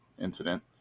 incident